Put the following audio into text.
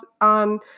on